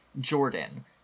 Jordan